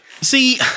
See